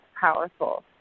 powerful